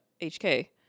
hk